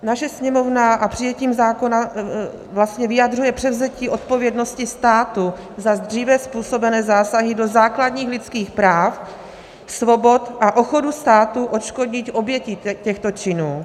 Naše Sněmovna přijetím zákona vlastně vyjadřuje převzetí odpovědnosti státu za dříve způsobené zásahy do základních lidských práv, svobod a ochotu státu odškodnit oběti těchto činů.